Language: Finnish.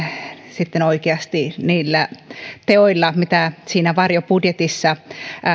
sitten oikeasti niillä teoilla mitä siinä varjobudjetissa